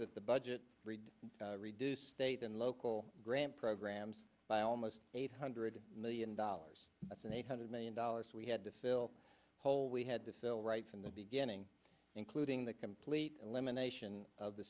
that the budget read reduced state and local grant programs by almost eight hundred million dollars that's an eight hundred million dollars we had to fill the hole we had to fill right from the beginning including the complete elimination of the